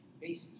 bases